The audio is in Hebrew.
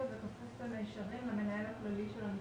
וכפוף במישרין למנהל הכללי של המשרד".